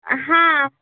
हा